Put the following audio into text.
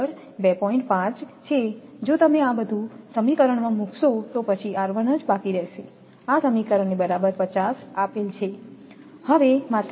5 છે તમે અહીં આ બધું આ સમીકરણ માં મૂકશો તો પછી માત્ર બાકી રહેશે આ સમીકરણની બરાબર 50 આપેલ છે